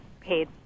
paid